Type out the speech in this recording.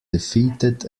defeated